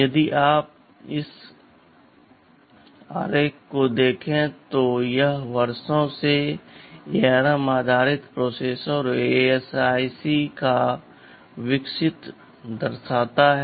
यदि आप इस आरेख को देखें तो यह वर्षों से ARM आधारित प्रोसेसर और ASICs का विकास दर्शाता है